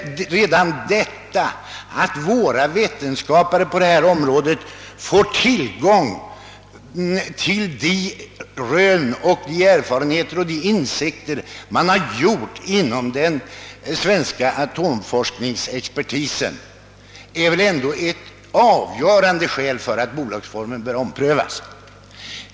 Redan detta att våra vetenskapsmän på detta område måste få tillgång till de rön och erfarenheter som gjorts inom den svenska atomforskningen är ett avgörande skäl för att bolagsformen bör omprövas.